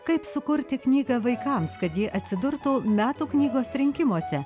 kaip sukurti knygą vaikams kad ji atsidurtų metų knygos rinkimuose